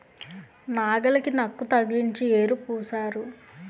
నాగలికి నక్కు తగిలించి యేరు పూశారు